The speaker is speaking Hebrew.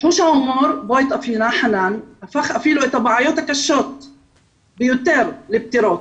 חוש ההומור בו התאפיינה חנאן הפך אפילו את הבעיות הקשות ביותר לפתירות.